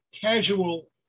casual